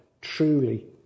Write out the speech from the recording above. truly